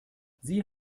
sie